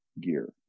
gear